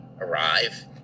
arrive